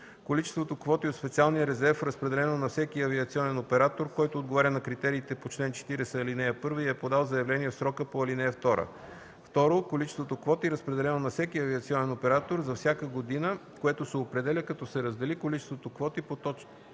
количеството квоти от специалния резерв, разпределено на всеки авиационен оператор, който отговаря на критериите по чл. 40, ал. 1 и е подал заявление в срока по ал. 2; 2. количеството квоти, разпределено на всеки авиационен оператор за всяка година, което се определя, като се раздели количеството квоти по т.